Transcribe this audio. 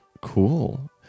cool